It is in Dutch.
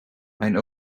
mijn